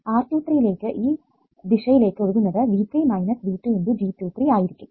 R23 ലേക് ഈ ദിശയിലേക്ക് ഒഴുകുന്നത് V3 V2 × G23 ആയിരിക്കും